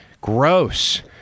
gross